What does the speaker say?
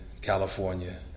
California